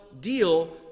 deal